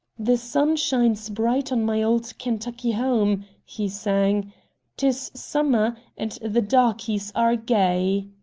the sun shines bright on my old kentucky home, he sang tis summer, and the darkies are gay.